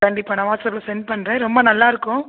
கண்டிப்பாக நான் வாட்ஸப்பில செண்ட் பண்ணுறேன் ரொம்ப நல்லாருக்கும்